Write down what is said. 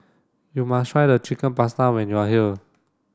you must try the Chicken Pasta when you are here